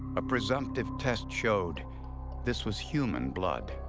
a presumptive test showed this was human blood.